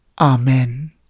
Amen